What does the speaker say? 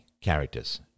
characters